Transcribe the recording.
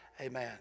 amen